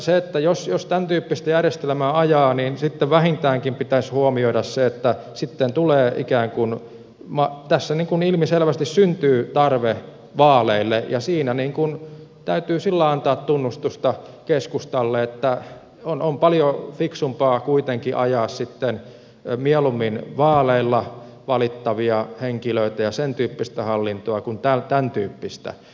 minun mielestäni jos tämän tyyppistä järjestelmää ajaa sitten vähintäänkin pitäisi huomioida se että sitten tulee pitkään kun maa on tässä ilmiselvästi syntyy tarve vaaleille ja siinä täytyy sillä lailla antaa tunnustusta keskustalle että on paljon fiksumpaa kuitenkin ajaa sitten mieluummin vaaleilla valittavia henkilöitä ja sen tyyppistä hallintoa kuin tämän tyyppistä